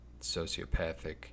sociopathic